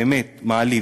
באמת מעליב.